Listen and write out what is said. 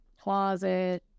Closet